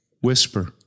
whisper